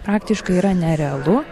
praktiškai yra nerealu